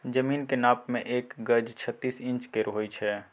जमीनक नाप मे एक गज छत्तीस इंच केर होइ छै